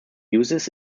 uses